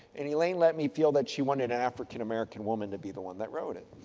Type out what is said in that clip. and, elaine let me feel that she wanted an african american woman to be the one that wrote it.